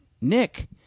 Nick